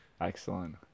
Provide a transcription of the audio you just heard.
Excellent